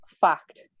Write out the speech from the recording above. fact